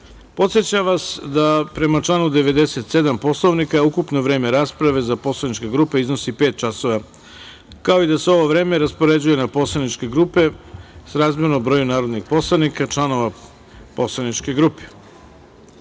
podsećam vas da, prema članu 97. Poslovnika, ukupno vreme rasprave za poslaničke grupe iznosi pet časova, kao i da se ovo vreme raspoređuje na poslaničke grupe srazmerno broju narodnih poslanika članova poslaničke grupe. Molim